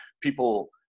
people